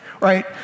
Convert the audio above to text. right